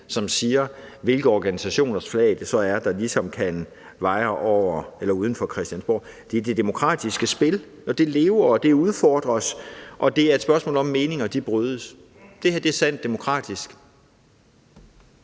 som afgør, hvilke organisationers flag det så er, der ligesom kan vaje uden for Christiansborg. Det er det demokratiske spil; det lever, og det udfordrer os, og det er et spørgsmål om, at meninger brydes. Det her er sandt demokratisk.